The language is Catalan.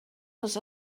els